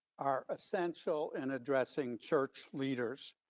are essential and addressing church leaders.